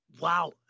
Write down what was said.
Wow